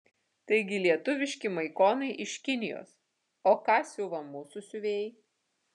taigi lietuviški maikonai iš kinijos o ką siuva mūsų siuvėjai